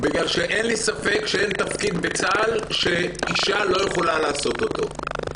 אין לי ספק שאין תפקיד בצה"ל שאישה לא יכולה לעשות אותו.